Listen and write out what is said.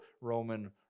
Roman